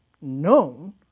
known